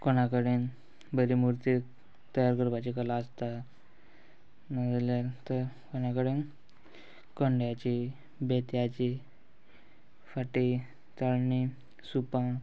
कोणा कडेन बरी मुर्ती तयार करपाची कला आसता नाजाल्यार कोणा कडेन कोंड्याची बेतयाची फाटी चळणी सुपां